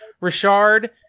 Richard